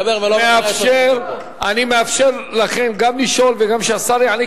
מאפשר לכם גם לשאול וגם שהשר יענה,